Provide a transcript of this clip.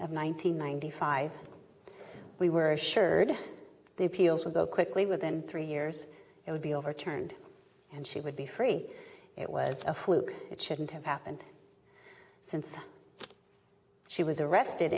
hundred ninety five we were assured the appeals would go quickly within three years it would be overturned and she would be free it was a fluke it shouldn't have happened since she was arrested